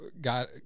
got